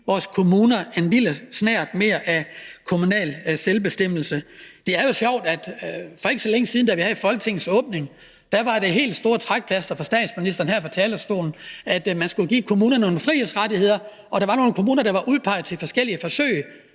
vores kommuner en lille snert kommunal selvbestemmelse mere. Det er jo sjovt, at for ikke så længe siden, da vi havde Folketingets åbningsdebat, var det helt store nummer fra statsministerens side her på talerstolen, at man skulle give kommunerne nogle frihedsrettigheder, og der var nogle kommuner, der var udpeget til forskellige forsøg